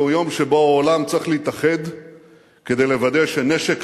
זהו יום שבו העולם צריך להתאחד כדי לוודא שנשק